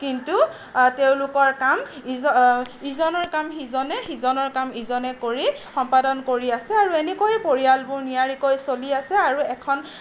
কিন্তু তেওঁলোকৰ কাম ইজনৰ কাম সিজনে সিজনৰ কাম ইজনে কৰি সম্পাদন কৰি আছে আৰু এনেকৈয়ে পৰিয়ালবোৰ নিয়াৰিকৈ চলি আছে আৰু এখন